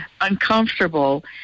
uncomfortable